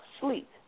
sleep